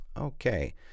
Okay